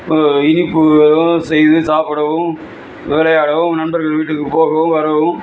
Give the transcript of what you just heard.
இனிப்புகளும் செய்து சாப்பிடவும் விளையாடவும் நண்பர்கள் வீட்டுக்கு போகவும் வரவும்